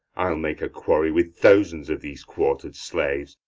i'd make a quarry with thousands of these quarter'd slaves,